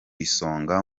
isonga